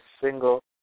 single